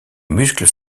muscles